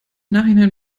nachhinein